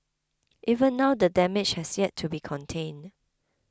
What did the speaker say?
even now the damage has yet to be contained